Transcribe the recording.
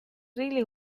really